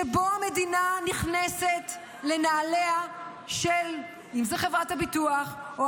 שבו מדינה נכנסת לנעליה של חברת הביטוח או